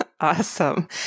Awesome